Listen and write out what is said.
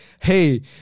hey